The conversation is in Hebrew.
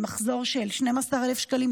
ממחזור של 12,000 שקלים,